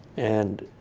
and